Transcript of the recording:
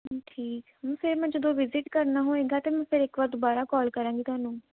ਠੀਕ ਫਿਰ ਮੈਂ ਜਦੋਂ ਵਿਜਿਟ ਕਰਨਾ ਹੋਏਗਾ ਤਾਂ ਮੈਂ ਫਿਰ ਇੱਕ ਵਾਰ ਦੁਬਾਰਾ ਕਾਲ ਕਰਾਂਗੀ ਤੁਹਾਨੂੰ